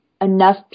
enough